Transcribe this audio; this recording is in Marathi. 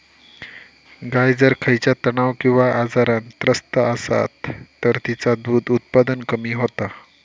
गाय जर खयच्या तणाव किंवा आजारान त्रस्त असात तर तिचा दुध उत्पादन कमी होता